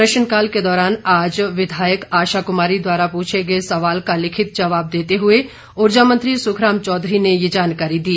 प्रश्नकाल के दौरान आज विधायक आशा कुमारी द्वारा पूछे गए सवाल का लिखित जवाब देते हुए ऊर्जा मंत्री सुखराम चौधरी ने ये जानकारी दी